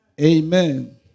Amen